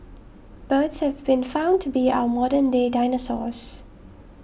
birds have been found to be our modern day dinosaurs